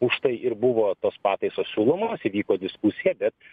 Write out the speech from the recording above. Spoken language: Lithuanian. užtai ir buvo tos pataisos siūlomos įvyko diskusija bet